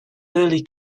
early